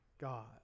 God